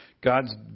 God's